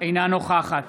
אינה נוכחת